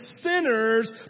sinners